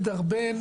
בלבד.